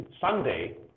Sunday